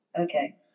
Okay